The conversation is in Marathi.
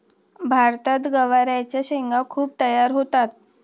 भारतात गवारच्या शेंगा खूप तयार होतात